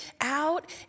out